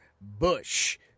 Bush